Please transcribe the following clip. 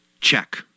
check